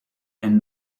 and